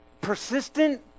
persistent